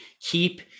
keep